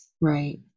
right